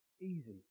easy